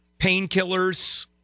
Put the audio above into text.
painkillers